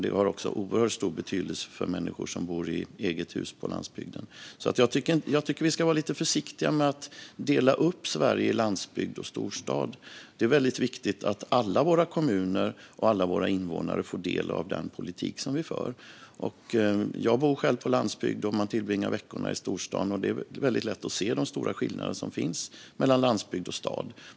Detta har oerhört stor betydelse för människor som bor i eget hus på landsbygden. Jag tycker att vi ska lite vara försiktiga med att dela upp Sverige i landsbygd och storstad. Det är viktigt att alla våra kommuner och invånare får del av den politik som vi för. Jag bor själv på landsbygden och tillbringar veckorna i storstaden, och då är det lätt att se de stora skillnader som finns mellan landsbygd och stad.